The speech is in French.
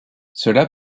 cela